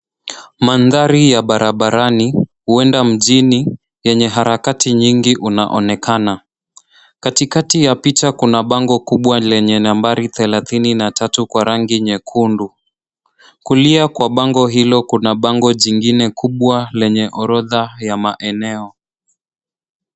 Mandhari ya barabarani, huenda mjini yenye harakati nyingi unaonekana. Katikati ya picha kuna bango kubwa lenye nambari 33 kwa rangi nyekundu. Kulia kwa bango hilo kuna bango jingine kubwa lenye orodha ya maeneo.